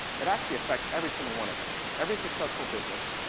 it actually affects every single one of us. every successful business,